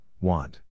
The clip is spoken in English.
want